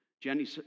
Jenny